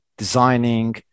designing